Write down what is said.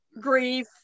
grief